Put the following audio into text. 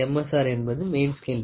R என்பது Main Scale Division